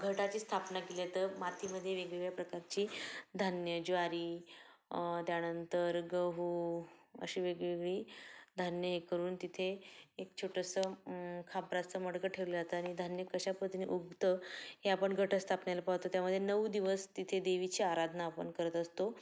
घटाची स्थापना केल्या त मातीमध्ये वेगवेगळ्या प्रकारची धान्य ज्वारी त्यानंतर गहू अशी वेगवेगळी धान्य हे करून तिथे एक छोटंसं खापराचं मडकं ठेवलं जातं आणि धान्य कशा पद्धतीने उगवतं हे आपण घटस्थापनेला पाहतो त्यामध्ये नऊ दिवस तिथे देवीची आराधना आपण करत असतो